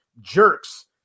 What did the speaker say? jerks